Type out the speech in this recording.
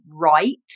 right